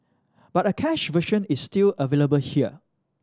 but a cached version is still available here